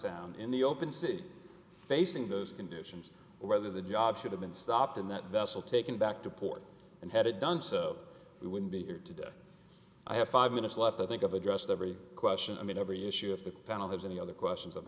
sound in the open city facing those conditions or whether the job should have been stopped in that vessel taken back to port and had it done so we wouldn't be here today i have five minutes left i think of addressed every question i mean every issue of the panel has any other questions